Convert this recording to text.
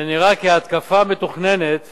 זה נראה כהתקפה מתוכננת